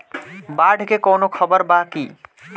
बाढ़ के कवनों खबर बा की?